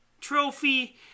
trophy